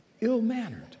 ill-mannered